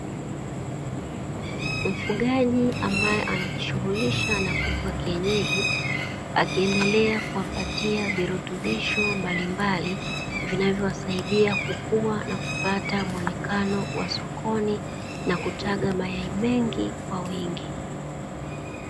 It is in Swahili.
Mfugaji ambaye anajishughulisha na kuku wa kienyeji akiendelea kuwapataia virutubisho mbalimbali, vinavyo wasaidia kukua na kupata mwonekano wa sokoni na kutaga mayai mengi kwa wingi.